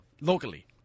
Locally